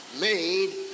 made